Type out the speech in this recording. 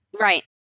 Right